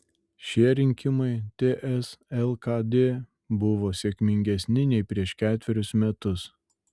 šie rinkimai ts lkd buvo sėkmingesni nei prieš ketverius metus